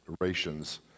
rations